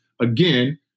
again